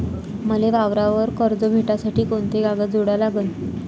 मले वावरावर कर्ज भेटासाठी कोंते कागद जोडा लागन?